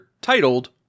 titled